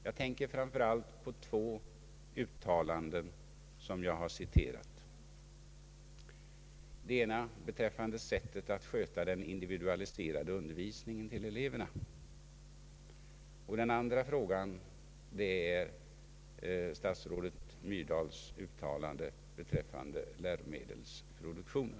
Jag tänker framför allt på två uttalanden som jag citerat — det ena gällde sättet att sköta den individualiserade undervisningen för eleverna och det andra var statsrådet Myrdals uttalande beträffande läromedelsproduktionen.